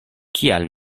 kiel